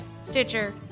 Stitcher